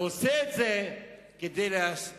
אבל הוא עושה את זה כדי להשביע